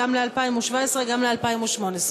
גם ל-2017 וגם ל-2018.